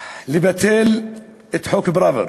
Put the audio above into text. לבטל את חוק פראוור.